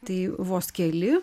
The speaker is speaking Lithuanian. tai vos keli